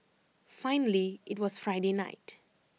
finally IT was Friday night